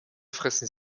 fressen